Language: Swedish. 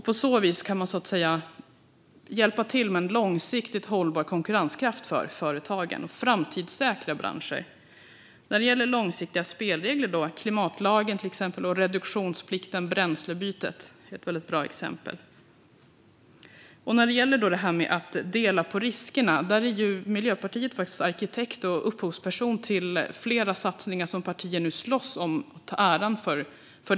På så vis kan man hjälpa till med en långsiktigt hållbar konkurrenskraft för företagen och med att framtidssäkra branscher. När det gäller långsiktiga spelregler är klimatlagen och reduktionsplikten, bränslebytet, väldigt bra exempel, och när det handlar om att dela på riskerna är Miljöpartiet faktiskt arkitekt och upphov till flera satsningar som partier nu slåss om att ta åt sig äran för.